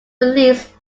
release